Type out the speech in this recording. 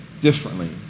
differently